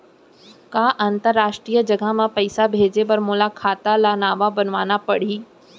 का अंतरराष्ट्रीय जगह म पइसा भेजे बर मोला खाता ल नवा बनवाना पड़ही?